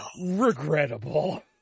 regrettable